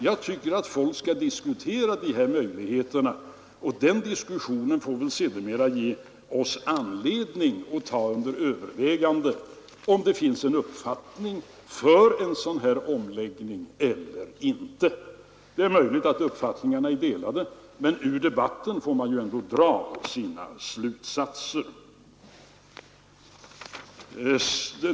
Jag tycker att människor skall diskutera de här möjligheterna, och den diskussionen får väl sedermera ge oss anledning att ta under övervägande om det finns skäl för en sådan här omläggning eller inte. Det är möjligt att uppfattningarna är delade, men ur debatten får man ju ändå dra sina slutsatser.